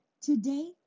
Today